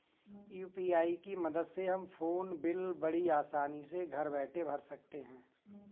UPI की मदद से हम फ़ोन बिल बड़ी आसानी से घर बैठे भर सकते हैं